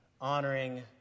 honoring